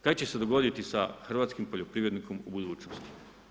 Kaj će se dogoditi sa hrvatskim poljoprivrednikom u budućnosti?